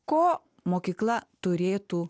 ko mokykla turėtų